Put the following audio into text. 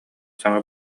саҥа